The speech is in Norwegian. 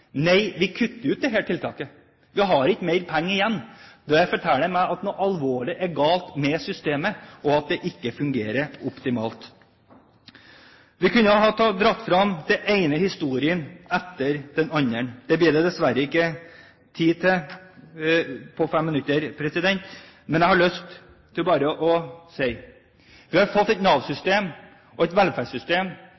Nei, vi kutter ut dette tiltaket. Vi har ikke mer penger igjen. Dette forteller meg at noe er alvorlig galt med systemet, og at det ikke fungerer optimalt. Vi kunne ha dratt frem den ene historien etter den andre. Det blir det dessverre ikke tid til på fem minutter. Men jeg har bare lyst til å si at vi har fått et